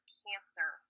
cancer